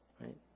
right